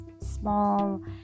small